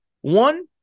One